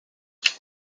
les